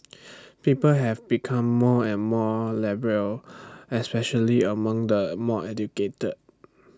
people have become more and more liberal especially among the more educated